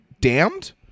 damned